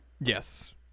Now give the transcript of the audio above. Yes